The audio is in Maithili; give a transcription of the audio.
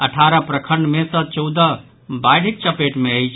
अठारह प्रखंड मे सॅ चौदह बाढ़िक चपेट मे अछि